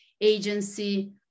agency